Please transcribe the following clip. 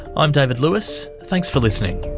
i'm david lewis, thanks for listening